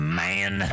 man